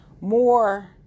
more